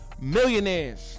millionaires